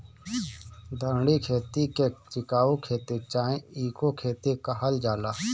धारणीय खेती के टिकाऊ खेती चाहे इको खेती कहल जाला